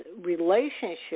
relationship